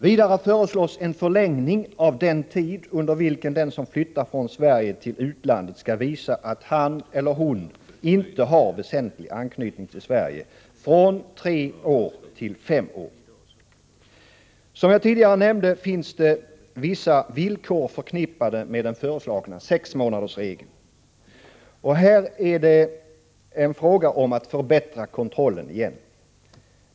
Vidare föreslås en förlängning av den tid under vilken den som flyttar från Sverige till utlandet skall visa att han eller hon inte har väsentlig anknytning till Sverige, från tre till fem år. Som jag tidigare nämnde finns det vissa villkor förknippade med den föreslagna sexmånadersregeln. Också här är det en fråga om att förbättra kontrollen.